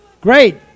Great